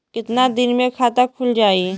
कितना दिन मे खाता खुल जाई?